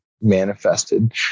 manifested